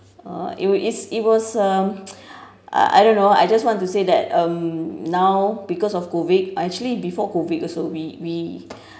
uh is it was um uh I don't know I just want to say that um now because of COVID I actually before COVID also we we